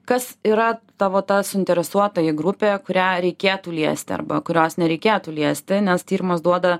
kas yra tavo ta suinteresuotoji grupė kurią reikėtų liesti arba kurios nereikėtų liesti nes tyrimas duoda